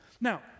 Now